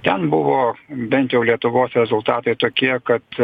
ten buvo bent jau lietuvos rezultatai tokie kad